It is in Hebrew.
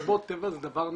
מסיבות טבע זה דבר נפלא.